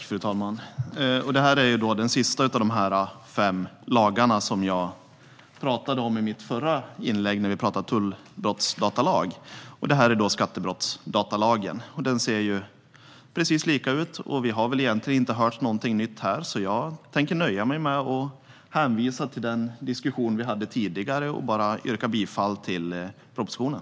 Fru talman! Det här är den sista av de fem lagar som jag talade om i mitt förra inlägg om tullbrottsdatalag. Det här gäller skattebrottsdatalagen. Den ser likadan ut, och vi har egentligen inte hört någonting nytt här. Jag nöjer mig därför med att hänvisa till den diskussion vi hade tidigare och yrkar bifall till propositionen.